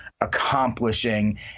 accomplishing